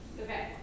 Okay